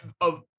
of-